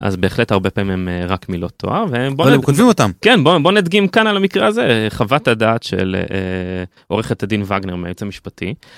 אז בהחלט הרבה פעמים הם רק מילות תואר. אבל הם כותבים אותם. כן, בוא נדגים כאן על המקרה הזה, חוות הדעת של עורכת הדין וגנר מהאמצע המשפטי.